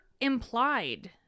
implied